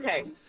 Okay